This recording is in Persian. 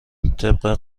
طبق